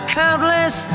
countless